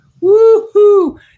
Woo-hoo